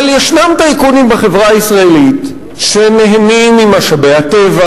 אבל ישנם טייקונים בחברה הישראלית שנהנים ממשאבי הטבע